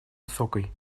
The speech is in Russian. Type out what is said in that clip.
высокой